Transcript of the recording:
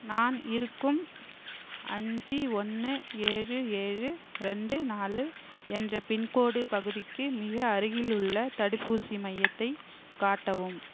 நான் இருக்கும் அஞ்சு ஒன்று ஏழு ஏழு ரெண்டு நாலு என்ற பின்கோடு பகுதிக்கு மிக அருகில் உள்ள தடுப்பூசி மையத்தை காட்டவும்